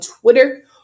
Twitter